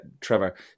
Trevor